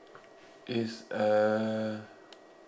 is uh